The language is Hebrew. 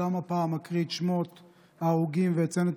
גם הפעם אקריא את שמות ההרוגים ואציין את